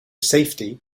safety